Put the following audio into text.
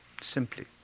Simply